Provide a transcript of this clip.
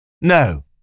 No